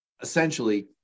essentially